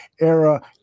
era